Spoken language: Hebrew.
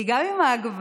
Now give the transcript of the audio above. כי גם עם ההגבלות,